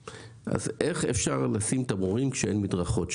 איך אפשר לשים תמרורים כשאין שם מדרכות?